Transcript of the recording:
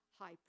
high